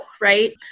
right